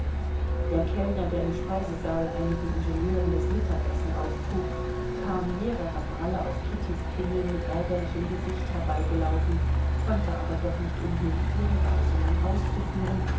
der kellner der im speisesaal einigen ingenieuren das mittagessen auftrug kam mehrere male auf kittys klingeln mit ärgerlichem gesicht herbeigelaufen konnte aber doch nicht umhin ihre weisungen auszuführen